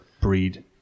breed